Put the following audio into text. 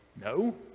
No